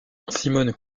simone